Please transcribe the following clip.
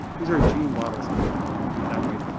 these are gene models, i would think, that way.